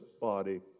body